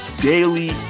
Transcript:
daily